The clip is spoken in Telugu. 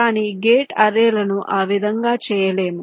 కానీ గేట్ అర్రేలను ఆ విధంగా చేయలేము